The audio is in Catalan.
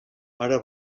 ara